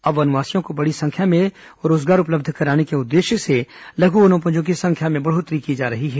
अब वनवासियों को बड़ी संख्या में रोजगार उपलब्ध कराने के उद्देश्य से लघु वनोपजों की संख्या में बढ़ोत्तरी की जा रही है